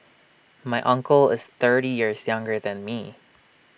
my uncle is thirty years younger than me